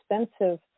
expensive